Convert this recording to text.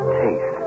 taste